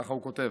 כך הוא כותב.